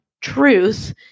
truth